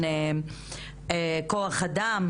ועדת כוח אדם.